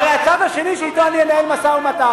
הרי הצד השני שאתו אני אנהל משא-ומתן,